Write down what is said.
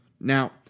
Now